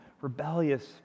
rebellious